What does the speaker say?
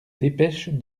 dépêche